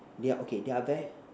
they're okay they're very